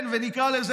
ונקרא לזה,